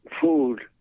food